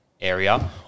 area